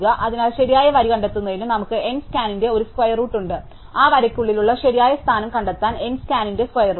അതിനാൽ ശരിയായ വരി കണ്ടെത്തുന്നതിന് നമുക്ക് N സ്കാനിന്റെ ഒരു സ്ക്വരെ റൂട്ട് ഉണ്ട് ആ വരയ്ക്കുള്ളിലെ ശരിയായ സ്ഥാനം കണ്ടെത്താൻ N സ്കാനിന്റെ സ്ക്വരെ റൂട്ട്